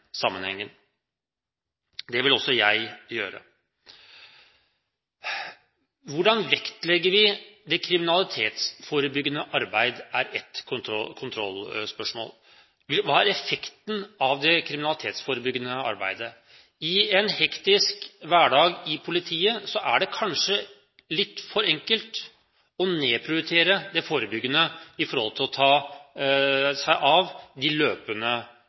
sammenhengen. Det vil også jeg gjøre. Hvordan vektlegger vi det kriminalitetsforebyggende arbeid, er et kontrollspørsmål. Hva er effekten av det kriminalitetsforebyggende arbeidet? I en hektisk hverdag i politiet er det kanskje litt for enkelt å nedprioritere det forebyggende i forhold til å ta seg av de løpende